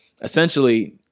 essentially